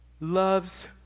loves